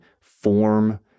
form